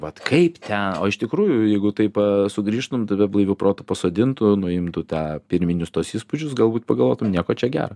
vat kaip ten o iš tikrųjų jeigu taip sugrįžtum tave blaiviu protu pasodintų nuimtų tą pirminius tuos įspūdžius galbūt pagalvotum nieko čia gero